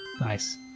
nice